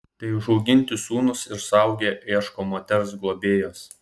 tai užauginti sūnūs ir suaugę ieško moters globėjos